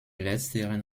letzteren